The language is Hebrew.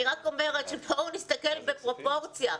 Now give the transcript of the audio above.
אני רק אומרת שבואו נסתכל בפרופורציה.